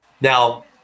Now